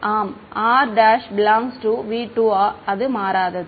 ஆம் r ∈ V 2 அது மாறாது